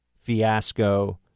fiasco